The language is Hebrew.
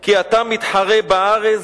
כי אתה מתחרה בארז".